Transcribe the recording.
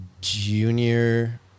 junior